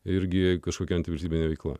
irgi kažkokia antivalstybine veikla